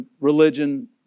religion